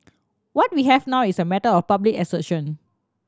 what we have now is a matter of public assertion